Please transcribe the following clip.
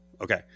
Okay